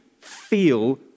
feel